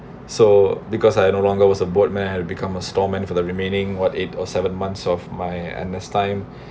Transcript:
so because I had no longer was a boatman I had become a store man for the remaining what eight or seven months of my N_S time